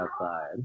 outside